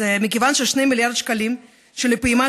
אז מכיוון ש-2 מיליארד השקלים של הפעימה